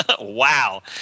Wow